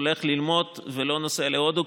הולך ללמוד ולא נוסע להודו,